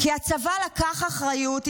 כי הצבא לקח אחריות,